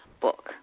book